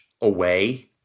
away